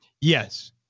yes